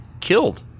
killed